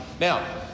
now